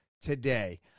today